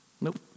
nope